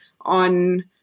on